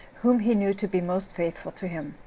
whom he knew to be most faithful to him,